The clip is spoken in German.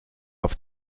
auf